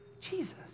Jesus